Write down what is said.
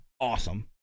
awesome